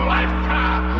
lifetime